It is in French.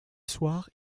soirs